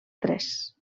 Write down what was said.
tres